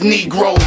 Negro